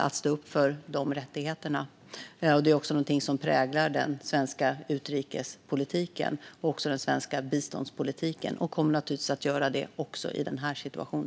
Det präglar också den svenska utrikespolitiken och biståndspolitiken och kommer givetvis att göra det även i denna situation.